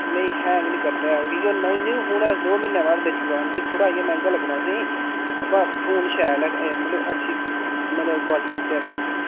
नेईं हैंग निं करदा ऐ ओह् की के न न्यू फोन ऐ उस दो म्हीनै बाद बेच्ची ओड़ो मिगी थोह्ड़ा इ'यां मैह्ंगा लग्गना तुसेईं अबा फोन शैल ऐ मतलब अच्छी मतलब क्वालिटी च ऐ फोन